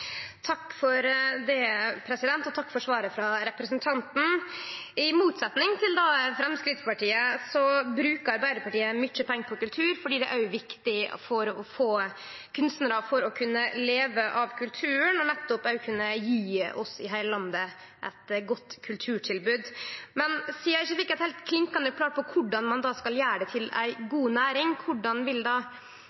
Takk for svaret frå representanten. I motsetnad til Framstegspartiet brukar Arbeidarpartiet mykje pengar på kultur, for det er viktig for at kunstnarar skal kunne leve av kultur og nettopp kunne gje oss eit godt kulturtilbod i heile landet. Men eg fekk ikkje eit heilt klinkande klart svar på korleis ein då skal gjere det til ei